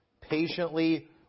patiently